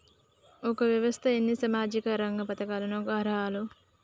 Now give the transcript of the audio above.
ఒక వ్యక్తి ఎన్ని సామాజిక రంగ పథకాలకు అర్హులు?